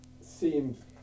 seems